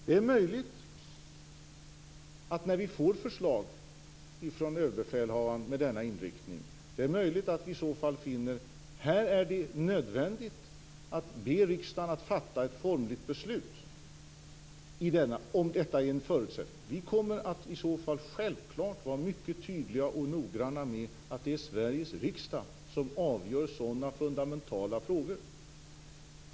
Det är möjligt att vi, när vi får förslag från överbefälhavaren med denna inriktning, finner att det är nödvändigt att be riksdagen fatta ett formellt beslut. Det kan bli en förutsättning. I så fall kommer vi självfallet att vara mycket tydliga och noggranna med att det är Sveriges riksdag som avgör sådana fundamentala frågor.